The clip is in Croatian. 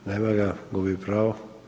Nema ga, gubi pravo.